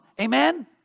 Amen